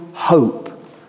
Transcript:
hope